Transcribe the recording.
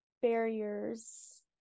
Barriers